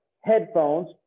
headphones